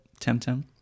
temtem